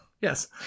Yes